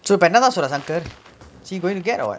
so இப்ப என்னதா சொல்ற:ippe ennathaa solra sangkar is he going to get or